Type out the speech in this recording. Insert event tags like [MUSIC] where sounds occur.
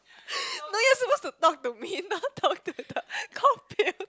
[BREATH] no you're supposed to talk to me not talk to the